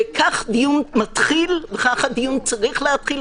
כך דיון מתחיל, וכך צריך להתחיל.